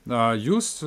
na jūs